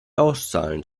auszahlen